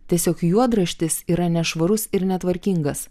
tiesiog juodraštis yra nešvarus ir netvarkingas